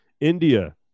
India